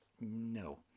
No